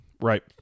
Right